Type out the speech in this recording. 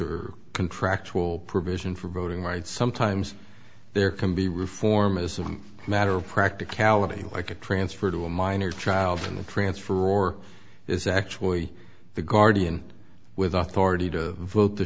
or contractual provision for voting rights sometimes there can be reform as a matter of practicality like a transfer to a minor child in the transfer or is actually the guardian with authority to vote the